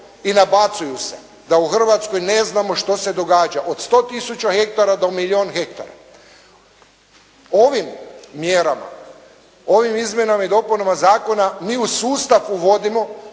i nabacuju se da u Hrvatskoj ne znamo što se događa od 100 tisuća do milijun hektara. Ovim mjerama, ovim izmjenama i dopunama zakona mi u sustav uvodimo